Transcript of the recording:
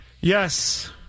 Yes